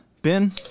Ben